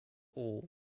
all